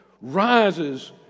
rises